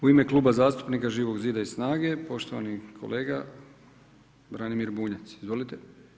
U ime Kluba zastupnika Živog zida i SNAGA-e, poštovani kolega Branimir Bunjac, izvolite.